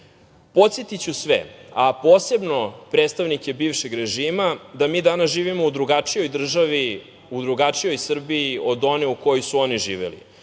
grad. Podsetiću sve, a posebno predstavnike bivšeg režima da mi danas živimo u drugačijoj državi, u drugačijoj Srbiji od one u kojoj su oni živeli.